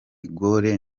gaulle